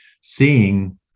seeing